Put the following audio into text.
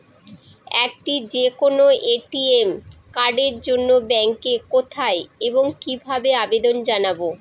একটি যে কোনো এ.টি.এম কার্ডের জন্য ব্যাংকে কোথায় এবং কিভাবে আবেদন জানাব?